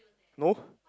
no